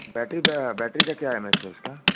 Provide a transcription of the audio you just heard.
battery पर battery का क्या एम ए एच है उसका